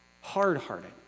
hard-hearted